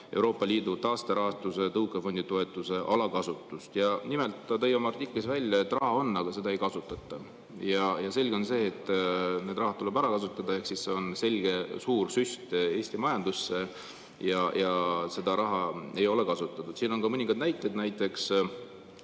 Euroopa Liidu taasterahastu tõukefondide toetuse alakasutust. Nimelt, ta kirjutas oma artiklis, et raha on, aga seda ei kasutata. Selge on, et see raha tuleb ära kasutada. Ehk see on selge suur süst Eesti majandusse, aga seda raha ei ole kasutatud. Siin on ka mõningad näited. Näiteks